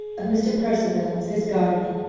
of mr. percival as his guardian,